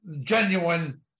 genuine